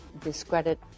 discredit